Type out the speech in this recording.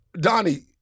Donnie